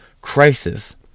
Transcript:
crisis